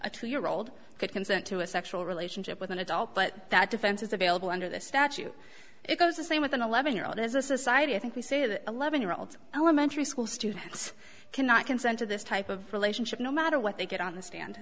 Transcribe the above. a two year old could consent to a sexual relationship with an adult but that defense is available under the statute it goes the same with an eleven year old as a society i think we say that eleven year old elementary school students cannot consent to this type of relationship no matter what they get on the stand